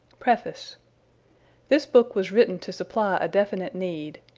preface this book was written to supply a definite need.